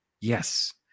Yes